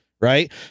right